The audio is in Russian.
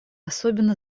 особенно